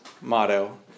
motto